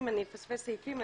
אם אני אפספס סעיפים,